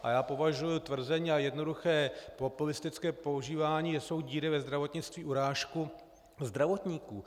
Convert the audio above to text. A já považuju tvrzení a jednoduché populistické používání, že jsou díry ve zdravotnictví, za urážku zdravotníků.